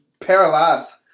paralyzed